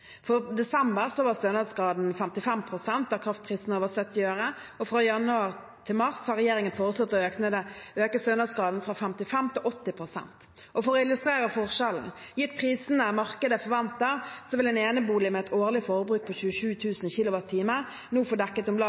For desember var stønadsgraden 55 pst. av en kraftpris på over 70 øre, og for januar til mars har regjeringen foreslått å øke stønadsgraden fra 55 pst. til 80 pst. La meg illustrere forskjellen: Gitt prisene markedet forventer, vil en enebolig med et årlig forbruk på 27 000 kWh nå få dekket om lag